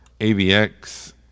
AVX